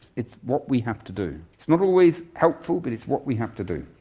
it's what we have to do. it's not always helpful but it's what we have to do.